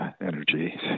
energy